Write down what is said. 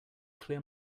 clear